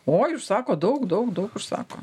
oi užsako daug daug daug užsako